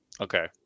Okay